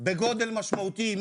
בגודל משמעותי,